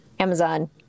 Amazon